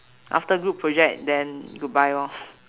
after group project then goodbye lor